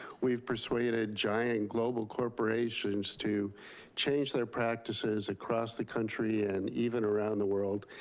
we've persuaded giant global corporations to change their practices across the country and even around the world.